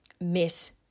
miss